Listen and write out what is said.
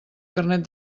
carnet